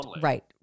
Right